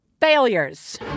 Failures